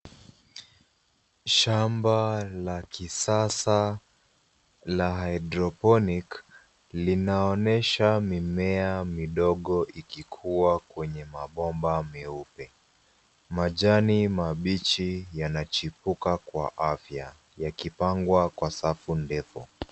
Shamba la kisasa la hydroponic linaonesha mimea midogo ikikua kwenye mabomba meupe. Majani mabichi yanachipuka kwa afya yakipangwa kwa safu ndefu.